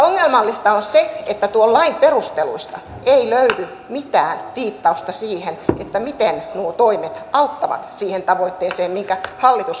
ongelmallista on se että tuon lain perusteluista ei löydy mitään viittausta siihen miten nuo toimet auttavat siihen tavoitteeseen minkä hallitus on asettanut